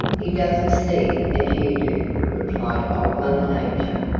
he doesn't see as you do, replied old mother nature.